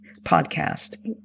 podcast